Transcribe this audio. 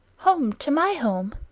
home to my home.